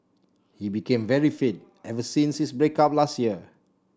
he became very fit ever since his break up last year